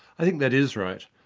i think that is right.